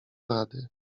rady